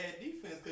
defense